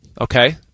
Okay